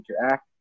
interact